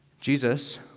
Jesus